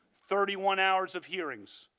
thirty one hours of hearings.